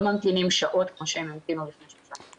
ממתינים שעות כמו שהם המתינו לפני שלושה שבועות.